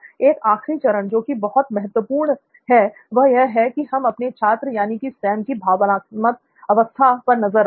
एक आखरी चरण जो कि बहुत महत्वपूर्ण है वह यह है कि हम आपके छात्र यानी कि सैम की भावनात्मक अवस्था पर नजर रखें